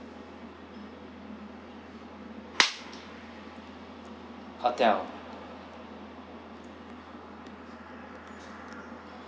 hotel